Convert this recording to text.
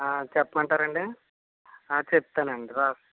చెప్పమంటారండి చెప్తానండి రాసుకోండి